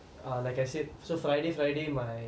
err like I said so friday friday my